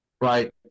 right